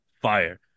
fire